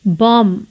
bomb